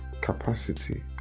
capacity